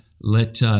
let